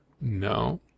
No